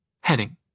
Heading